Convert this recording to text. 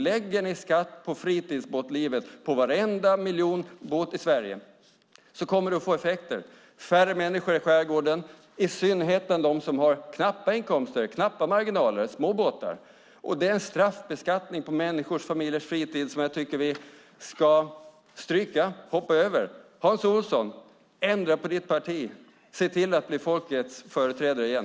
Lägger ni skatt på fritidsbåtslivet, på en miljon båtar i Sverige, kommer det att få effekter. Det blir färre människor i skärgården. Det gäller i synnerhet dem som har knappa inkomster, knappa marginaler och små båtar. Det är en straffbeskattning på människors och familjers fritid som jag tycker att vi ska stryka och hoppa över. Hans Olsson! Ändra på ditt parti! Se till att bli folkets företrädare igen!